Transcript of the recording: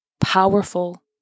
powerful